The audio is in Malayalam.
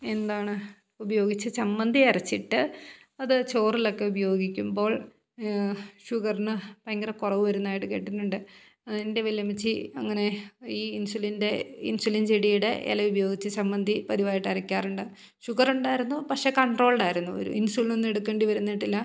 എന്താണ് ഉപയോഗിച്ച് ചമ്മന്തി അരച്ചിട്ട് അത് ചോറിലൊക്കെ ഉപയോഗിക്കുമ്പോൾ ഷുഗറിന് ഭയങ്കര കുറവ് വരുന്നതായിട്ട് കേട്ടിട്ടുണ്ട് എൻ്റെ വലിയമ്മച്ചി അങ്ങനെ ഈ ഇൻസുലിൻ്റെ ഇൻസുലിൻ ചെടിയുടെ ഇല ഉപയോഗിച്ച് ചമ്മന്തി പതിവായിട്ട് അരയ്ക്കാറുണ്ട് ഷുഗറുണ്ടായിരുന്നു പക്ഷെ കൺട്രോൾഡ് ആയിരുന്നു ഒരു ഇൻസുലിനൊന്നും എടുക്കേണ്ടി വന്നിട്ടില്ല